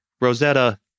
Rosetta